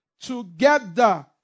together